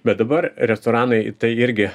bet dabar restoranai į tai irgi